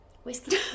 Whiskey